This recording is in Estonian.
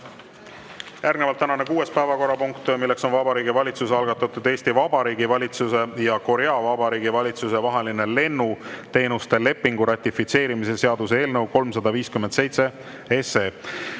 Järgnevalt tänane kuues päevakorrapunkt, milleks on Vabariigi Valitsuse algatatud Eesti Vabariigi valitsuse ja Korea Vabariigi valitsuse vahelise lennuteenuste lepingu ratifitseerimise seaduse eelnõu 357. See